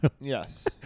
Yes